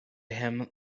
him